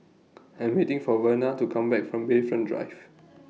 I Am waiting For Verna to Come Back from Bayfront Drive